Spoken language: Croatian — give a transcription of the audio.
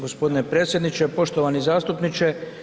Gospodine predsjedniče, poštovani zastupniče.